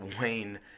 Wayne